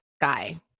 guy